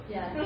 Yes